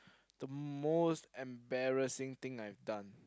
the most embarrassing thing I've done